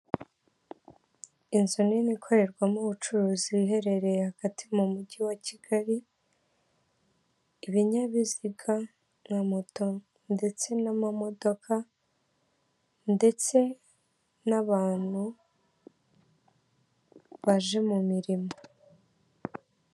Inzu nini ikorerwamo ubucuruzi iherereye hagati mu mujyi wa Kigali, ibinyabiziga na moto ndetse n'amamodoka ndetse n'abantu baje mu mirimo.